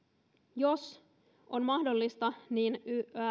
jos on mahdollista niin